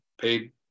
paid